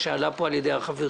מה שעלה פה על ידי החברים,